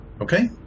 Okay